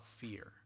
fear